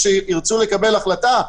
כשירצו לקבל החלטה?